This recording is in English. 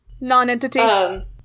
Non-entity